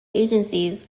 agencies